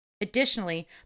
Additionally